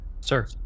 Sir